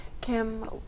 Kim